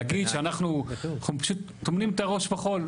להגיד שאנחנו, פשוט טומנים את הראש בחול.